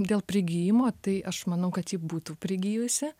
dėl prigijimo tai aš manau kad ji būtų prigijusi